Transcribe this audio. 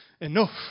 enough